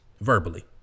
verbally